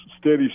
steady